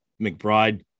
McBride